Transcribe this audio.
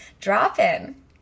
drop-in